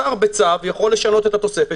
השר בצו יכול לשנות את התוספת.